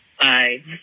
Bye